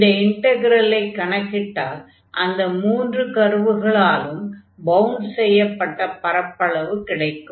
இந்த இன்டக்ரலை கணக்கிட்டால் அந்த மூன்று கர்வுகளாலும் பவுண்ட் செய்யப்பட்ட பரப்பளவு கிடைக்கும்